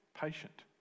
patient